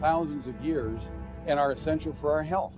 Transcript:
thousands of years and are essential for our health